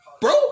Bro